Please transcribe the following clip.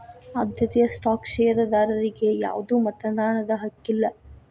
ಆದ್ಯತೆಯ ಸ್ಟಾಕ್ ಷೇರದಾರರಿಗಿ ಯಾವ್ದು ಮತದಾನದ ಹಕ್ಕಿಲ್ಲ